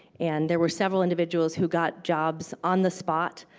and there were several individuals who got jobs on the spot.